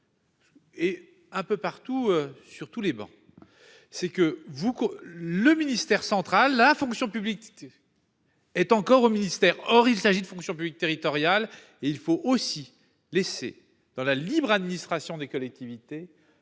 Et un peu partout sur tous les bancs. C'est que vous le ministère central la fonction publique. Est encore au ministère. Or il s'agit de fonction publique territoriale et il faut aussi laisser dans la libre administration des collectivités,